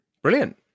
Brilliant